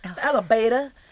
elevator